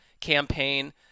campaign